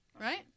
right